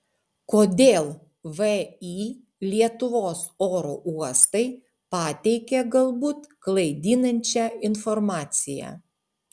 kodėl vį lietuvos oro uostai pateikė galbūt klaidinančią informaciją